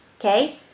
Okay